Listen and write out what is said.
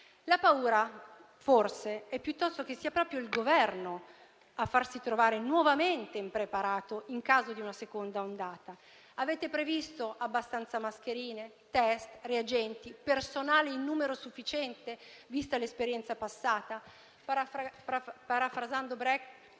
La paura, forse, è piuttosto che sia proprio il Governo a farsi trovare nuovamente impreparato in caso di una seconda ondata. Avete previsto abbastanza mascherine, test, reagenti e personale in numero sufficiente, vista l'esperienza passata? Parafrasando Brecht,